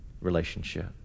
relationship